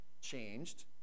changed